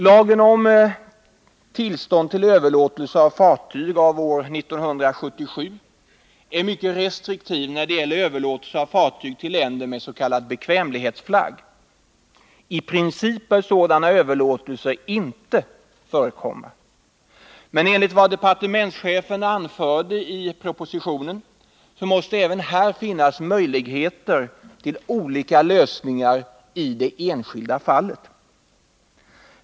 Lagen om tillstånd till överlåtelse av fartyg av år 1977 är mycket restriktiv när det gäller överlåtelse av fartyg till länder med s.k. bekvämlighetsflagg. I princip bör sådana överlåtelser inte förekomma. Men enligt vad departementschefen anförde i propositionen måste även här finnas möjligheter till olika lösningar i det enskilda fallet.